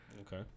Okay